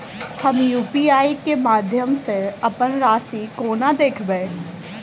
हम यु.पी.आई केँ माध्यम सँ अप्पन राशि कोना देखबै?